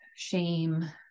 shame